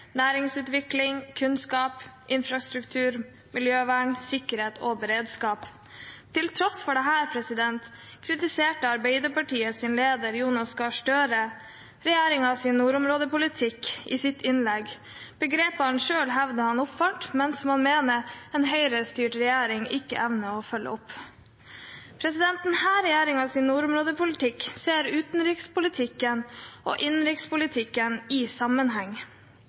næringsutvikling, kunnskap, infrastruktur, miljøvern, sikkerhet og beredskap. Til tross for dette kritiserte Arbeiderpartiets leder Jonas Gahr Støre regjeringens nordområdepolitikk i sitt innlegg – begrepet han selv hevder han oppfant, men som han mener en Høyre-styrt regjering ikke evner å følge opp. Denne regjeringens nordområdepolitikk ser utenrikspolitikken og innenrikspolitikken i sammenheng